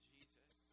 Jesus